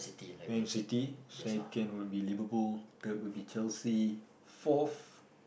man-city second would be Liverpool then will be Chelsea fourth